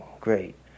great